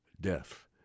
death